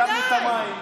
ביטלנו את המים.